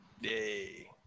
yay